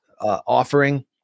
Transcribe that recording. offering